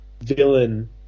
villain